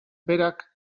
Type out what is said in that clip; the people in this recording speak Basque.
berak